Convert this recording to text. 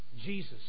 Jesus